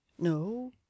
no